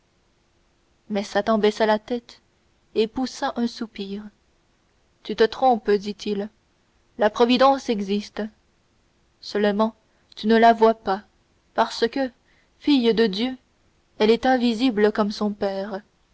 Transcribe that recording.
mais satan baissa la tête et poussa un soupir tu te trompes dit-il la providence existe seulement tu ne la vois pas parce que fille de dieu elle est invisible comme son père